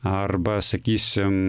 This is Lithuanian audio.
arba sakysim